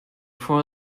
for